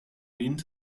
wind